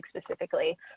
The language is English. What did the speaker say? specifically